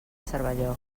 cervelló